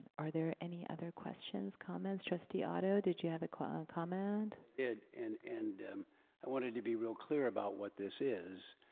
are there any other questions, comments? trustee otto, did you have a comment? and and i wanted to be real clear about what this is.